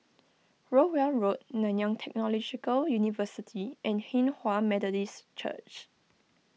Rowell Road Nanyang Technological University and Hinghwa Methodist Church